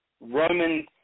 Roman